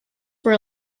were